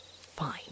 Fine